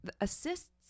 assists